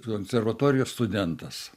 konservatorijos studentas